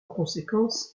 conséquence